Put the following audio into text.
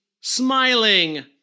smiling